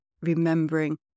remembering